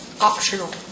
Optional